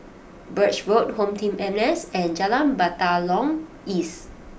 Birch Road HomeTeam N S and Jalan Batalong East